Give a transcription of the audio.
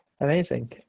Amazing